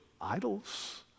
idols